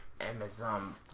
Amazon